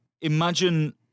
Imagine